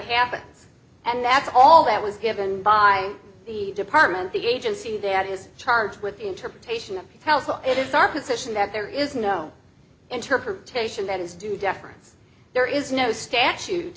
happens and that's all that was given by the department the agency that is charged with the interpretation of hell so it is our position that there is no interpretation that is due deference there is no statute